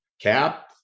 Cap